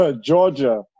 Georgia